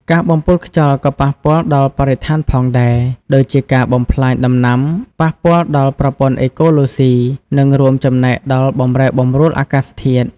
ការបំពុលខ្យល់ក៏ប៉ះពាល់ដល់បរិស្ថានផងដែរ ដូចជាការបំផ្លាញដំណាំ ប៉ះពាល់ដល់ប្រព័ន្ធអេកូឡូស៊ី និងរួមចំណែកដល់បម្រែបម្រួលអាកាសធាតុ។